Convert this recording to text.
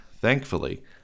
Thankfully